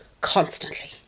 constantly